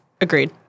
Agreed